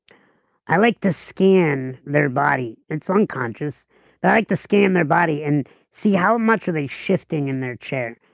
i like to scan their body, it's unconscious. i like to scan their body and see how much are they shifting in their chair.